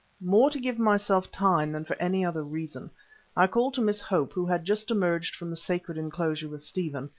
more to give myself time than for any other reason i called to miss hope, who had just emerged from the sacred enclosure with stephen,